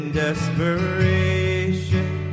desperation